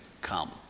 come